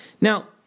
Now